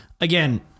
again